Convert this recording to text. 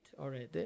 already